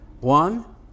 one